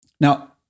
Now